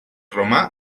romà